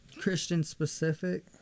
Christian-specific